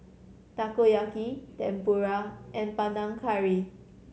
Takoyaki Tempura and Panang Curry